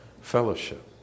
fellowship